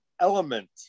element